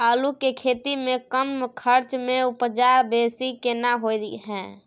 आलू के खेती में कम खर्च में उपजा बेसी केना होय है?